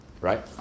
right